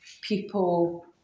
people